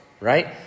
right